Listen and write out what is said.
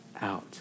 out